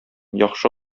яхшы